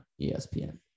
ESPN